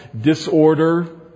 disorder